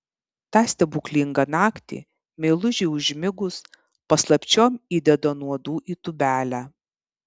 tą stebuklingą naktį meilužei užmigus paslapčiom įdeda nuodų į tūbelę